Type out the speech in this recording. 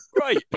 right